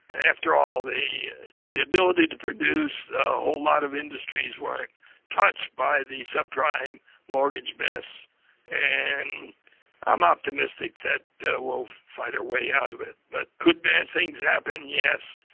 after all, the the ability to produce a whole lot of industries were touched by the subprime mortgage mess and i'm optimistic that that we'll find a way out of it. but could bad things happen? yes.